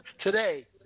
today